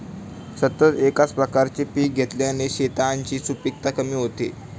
सतत एकाच प्रकारचे पीक घेतल्याने शेतांची सुपीकता कमी होते